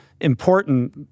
important